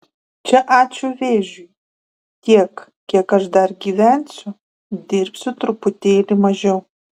čia ačiū vėžiui tiek kiek aš dar gyvensiu dirbsiu truputėlį mažiau